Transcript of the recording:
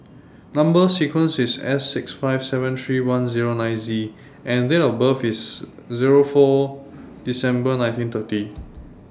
Number sequence IS S six five seven three one Zero nine Z and Date of birth IS Zero four December nineteen thirty